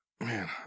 Man